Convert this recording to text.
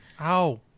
Ow